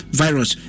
virus